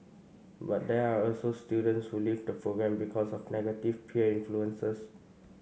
but there are also students who leave the programme because of negative peer influences